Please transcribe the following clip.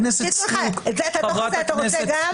את הדוח הזה אתה רוצה גם?